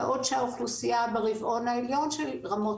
בעוד שהאוכלוסייה ברבעון העליון של רמות